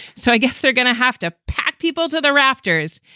so i guess they're going to have to pack people to the rafters.